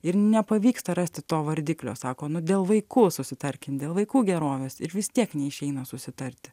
ir nepavyksta rasti to vardiklio sako nu dėl vaikų susitarkim dėl vaikų gerovės ir vis tiek neišeina susitarti